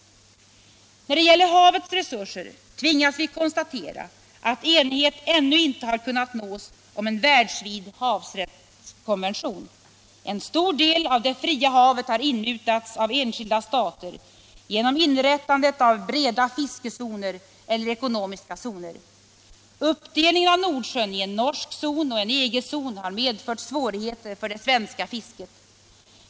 När det gäller havets resurser tvingas vi konstatera att enighet ännu inte har kunnat nås om en världsvid havsrättskonvention. En stor del av det fria havet har inmutats av enskilda stater genom inrättandet av breda fiskezoner eller ekonomiska zoner. Uppdelningen av Nordsjön i en norsk zon och en EG-zon har medfört svårigheter för det svenska fisket.